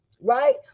right